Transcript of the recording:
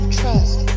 trust